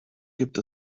gibt